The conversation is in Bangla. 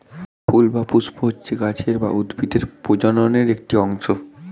ফুল বা পুস্প হচ্ছে গাছের বা উদ্ভিদের প্রজননের একটি অংশ